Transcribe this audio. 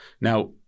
Now